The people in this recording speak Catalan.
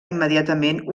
immediatament